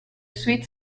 suite